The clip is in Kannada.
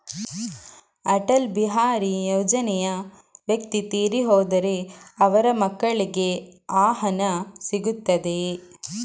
ಅಟಲ್ ಬಿಹಾರಿ ಯೋಜನೆಯ ವ್ಯಕ್ತಿ ತೀರಿ ಹೋದರೆ ಅವರ ಮಕ್ಕಳಿಗೆ ಆ ಹಣ ಸಿಗುತ್ತದೆಯೇ?